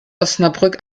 osnabrück